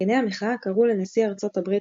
מארגני המחאה קראו לנשיא ארצות הברית,